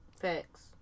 Facts